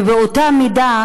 ובאותה מידה